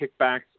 kickbacks